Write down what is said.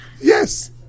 Yes